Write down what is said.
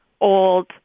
old